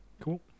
Cool